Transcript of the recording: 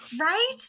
Right